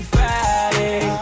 Friday